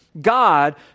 God